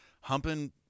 humping